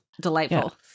delightful